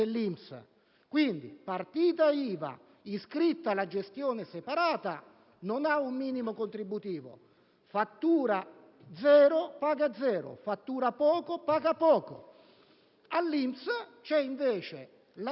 Quindi, la partita IVA iscritta alla gestione separata non ha un minimo contributivo: se si fattura zero, si paga zero; se si fattura poco, si paga poco. All'INPS c'è invece la